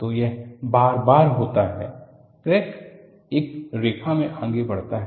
तो यह बार बार होता है क्रैक इस रेखा पर आगे बढ़ता है